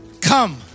come